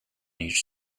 each